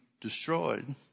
destroyed